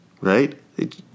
right